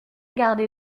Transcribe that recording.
gardé